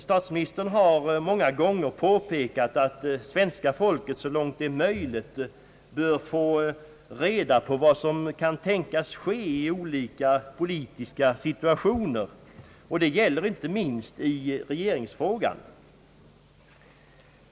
Statsministern har många gånger påpekat att svenska folket så långt det är möjligt bör få reda på vad som kan tänkas ske i olika politiska situationer och det gäller inte minst i regeringsfrågan.